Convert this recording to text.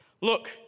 look